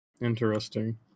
Interesting